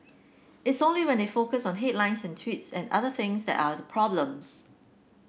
it's only when they focus on headlines and tweets and other things that are problems